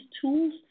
tools